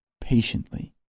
patiently